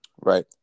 Right